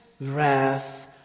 wrath